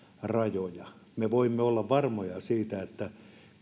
rajoja me voimme olla varmoja siitä että